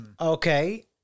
Okay